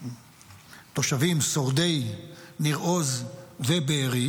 שורדים תושבי ניר עוז ובארי,